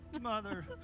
Mother